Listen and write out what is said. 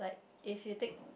if you take